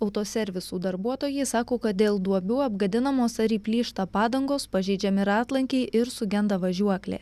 autoservisų darbuotojai sako kad dėl duobių apgadinamos ar įplyšta padangos pažeidžiami ratlankiai ir sugenda važiuoklė